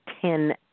ten